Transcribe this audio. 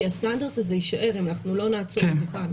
הסטנדרט הזה יישאר אם אנחנו לא נעצור את זה כאן.